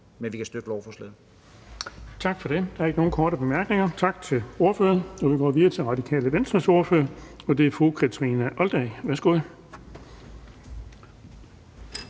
fg. formand (Erling Bonnesen): Tak for det. Der er ikke nogen korte bemærkninger. Tak til ordføreren. Vi går videre til Radikale Venstres ordfører, og det er fru Kathrine Olldag. Værsgo.